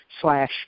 slash